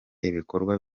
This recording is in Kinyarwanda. ibikorwa